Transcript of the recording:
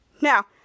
now